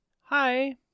hi